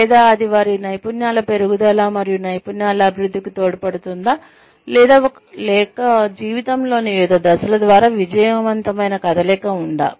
లేదా అది వారి నైపుణ్యాల పెరుగుదల మరియు నైపుణ్యాల అభివృద్ధికి తోడ్పడుతుందా లేదా లేక జీవితంలోని వివిధ దశల ద్వారా విజయవంతమైన కదలిక ఉందా